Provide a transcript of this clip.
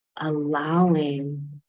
allowing